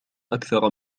أكثر